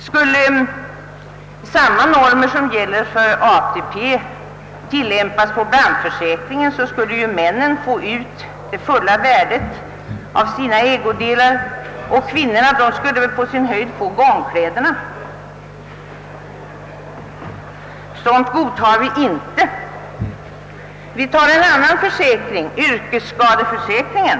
Skulle samma normer som gäller för ATP tillämpas på brandförsäkringen, skulle männen få ut det fulla värdet av sina ägodelar, medan kvinnorna på sin höjd skulle få ersättning för gångkläderna. Sådant godtar vi inte. Vi kan som exempel även ta en annan försäkring, yrkesskadeförsäkringen.